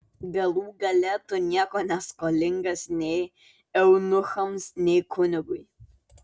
galų gale tu nieko neskolingas nei eunuchams nei kunigui